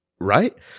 right